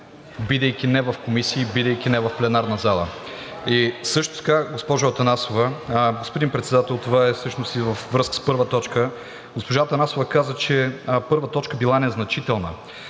бидейки не в комисии, бидейки не в пленарна зала. Също така, господин Председател, това е във връзка и с първа точка. Госпожа Атанасова каза, че първа точка била незначителна.